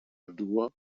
dur